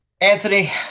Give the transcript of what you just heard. Anthony